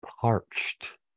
Parched